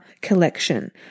collection